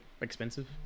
expensive